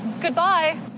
Goodbye